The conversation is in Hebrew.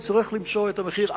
נצטרך למצוא את המחיר.